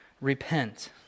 repent